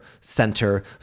center